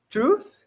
Truth